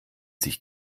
sich